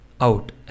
out